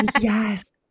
yes